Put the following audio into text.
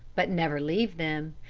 but never leave them,